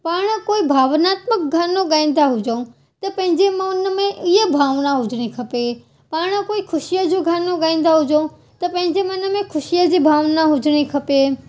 पाण कोई भावनात्मक ॻानो ॻाईंदा हुजूं त पंहिंजे मां उनमें इहा भावना हुजणी खपे पाण कोई ख़ुशीअ जो ॻानो ॻाईंदा हुजूं त पंहिंजे मन में ख़ुशीअ जी भावना हुजणी खपे